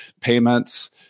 payments